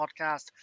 podcast